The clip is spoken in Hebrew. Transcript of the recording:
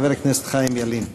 חבר הכנסת חיים ילין.